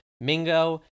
Mingo